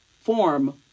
form